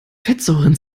fettsäuren